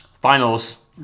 finals